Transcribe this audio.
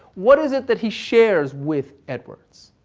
what is it that he shares with edwards?